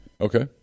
Okay